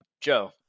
Joe